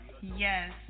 Yes